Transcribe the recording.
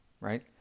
right